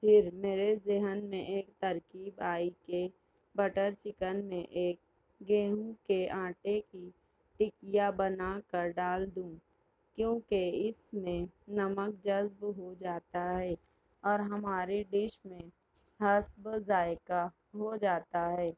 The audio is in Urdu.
پھر میرے ذہن میں ایک ترکیب آئی کہ بٹر چکن میں ایک گیہوں کے آٹے کی ٹکیا بنا کر ڈال دوں کیوںکہ اس میں نمک جذب ہو جاتا ہے اور ہماری ڈش میں حسب ذائقہ ہو جاتا ہے